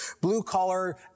blue-collar